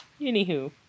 Anywho